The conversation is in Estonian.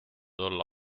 olla